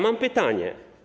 Mam pytanie.